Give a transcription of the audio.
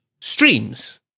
streams